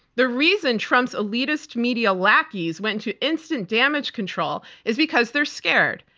the reason trump's elitist media lackeys went to instant damage control is because they're scared.